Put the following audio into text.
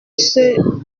ceux